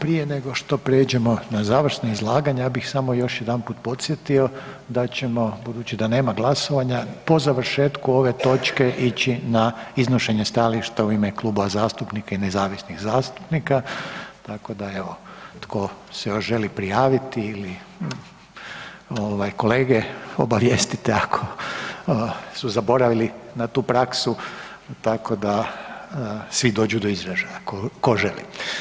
Prije nego prijeđemo na završna izlaganja, ja bih samo još jedanput podsjetio da ćemo budući da nema glasovanja, po završetku ove točke ići na iznošenje stajališta u ime klubova zastupnika i nezavisnih zastupnika, tako da evo, tko se još želi prijaviti ili, kolege obavijestite ako su zaboravili na tu praksu, tako da svi dođu do izražaja ko želi.